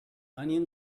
onion